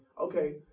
okay